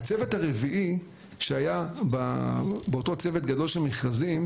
הצוות הרביעי שהיה באותו צוות גדול של מכרזים,